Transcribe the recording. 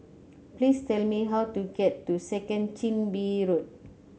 please tell me how to get to Second Chin Bee Road